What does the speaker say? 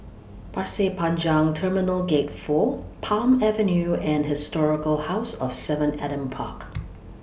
Pasir Panjang Terminal Gate four Palm Avenue and Historical House of seven Adam Park